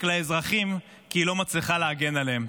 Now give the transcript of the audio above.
לאזרחים כי היא לא מצליחה להגן עליהם.